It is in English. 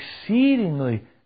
exceedingly